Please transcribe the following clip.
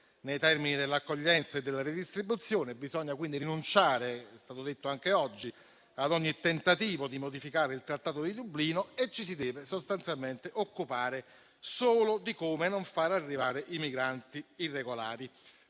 nei termini dell'accoglienza e della redistribuzione; bisogna quindi rinunciare - come è stato detto anche oggi - ad ogni tentativo di modificare il Trattato di Dublino e ci si deve sostanzialmente occupare solo di come non far arrivare i migranti irregolari.